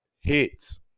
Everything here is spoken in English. Hits